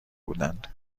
بودند